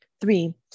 Three